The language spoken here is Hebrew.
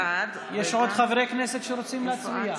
בעד יש עוד חברי כנסת שרוצים להצביע?